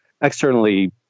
externally